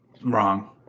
wrong